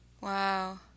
Wow